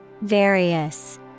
Various